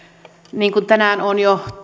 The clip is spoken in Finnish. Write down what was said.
niin kuin tänään on jo